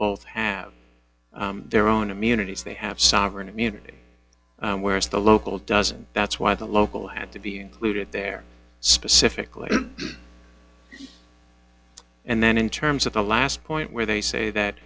both have their own communities they have sovereign immunity whereas the local doesn't that's why the local had to be included there specifically and then in terms of the last point where they say that